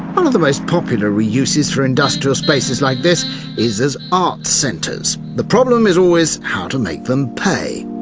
one of the most popular re-uses for industrial spaces like this is as art centres. the problem is always how to make them pay.